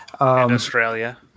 Australia